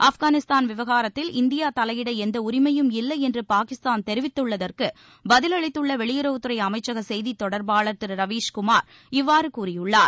ஆப்கானிஸ்தான் விவகாரத்தில் இந்தியா தலையிட எந்த உரிமையும் இல்லை என்று பாகிஸ்தான் தெரிவித்துள்ளதற்கு பதில் அளித்துள்ள வெளியுறவுத்துறை அமைச்சக செய்தித் தொடர்பாளர் திரு ரவீஷ்குமார் இவ்வாறு தெரிவித்துள்ளார்